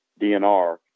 DNR